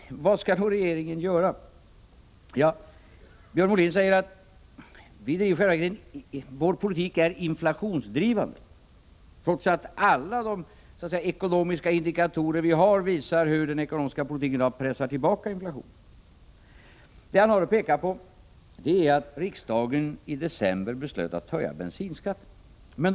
Vad kan då regeringen göra? Ja, Björn Molin säger att vår politik i själva verket är inflationsdrivande, trots att alla de ekonomiska indikeringar vi har visar hur den ekonomiska politiken har pressat tillbaka inflationen. Det han har att peka på är att riksdagen i december beslöt att höja bensinskatten.